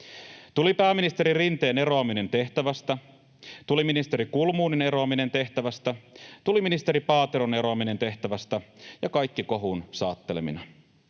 Tuli pääministeri Rinteen eroaminen tehtävästä, tuli ministeri Kulmunin eroaminen tehtävästä, tuli ministeri Paateron eroaminen tehtävästä, ja kaikki kohun saattelemina.